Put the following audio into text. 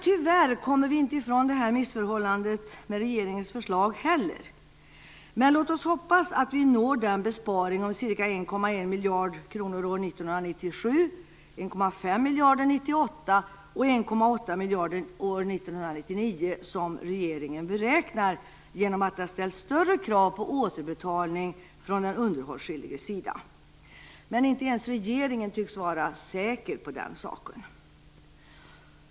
Tyvärr kommer vi inte heller med regeringens förslag ifrån detta missförhållande, men låt oss hoppas att vi når den besparing om ca 1,1 miljard kronor år 1997, 1,5 miljarder år 1998 och 1,8 miljarder år 1999 som regeringen räknar med att åstadkomma genom att det ställs större krav på återbetalning från den underhållsskyldige. Inte ens regeringen tycks emellertid vara säker på den saken.